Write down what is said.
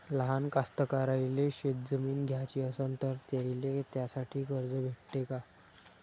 लहान कास्तकाराइले शेतजमीन घ्याची असन तर त्याईले त्यासाठी कर्ज भेटते का?